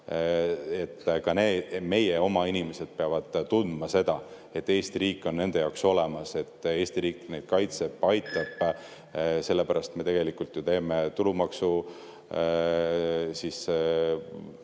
Ka meie oma inimesed peavad tundma seda, et Eesti riik on nende jaoks olemas, et Eesti riik neid kaitseb, aitab. Sellepärast me tegelikult tõstame tulumaksu[vaba